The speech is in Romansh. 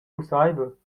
pusseivel